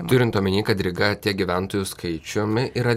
turint omeny kad ryga tiek gyventojų skaičiumi yra